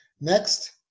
Next